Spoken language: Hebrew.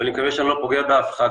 ואני מקווה שאני לא פוגע באף אחד,